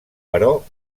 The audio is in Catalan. però